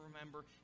remember